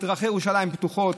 את דרכי ירושלים בטוחות,